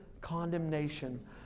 condemnation